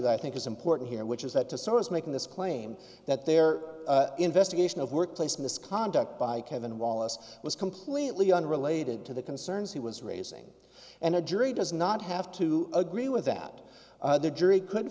that i think is important here which is that the source making this claim that their investigation of workplace misconduct by kevin wallace was completely unrelated to the concerns he was raising and a jury does not have to agree with that the jury could